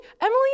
Emily